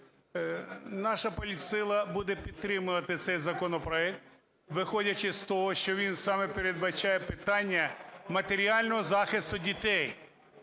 наша політсила буде підтримувати цей законопроект, виходячи з того, що він саме передбачає питання матеріального захисту дітей.